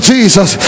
Jesus